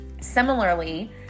Similarly